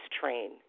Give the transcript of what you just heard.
train